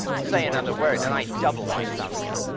say another word and i double my salary.